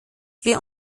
wir